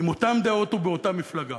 עם אותן דעות ובאותה מפלגה,